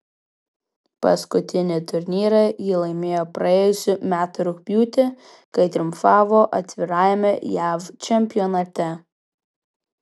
paskutinį turnyrą ji laimėjo praėjusių metų rugpjūtį kai triumfavo atvirajame jav čempionate